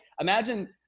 imagine